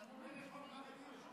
חתולי רחוב חרדיים.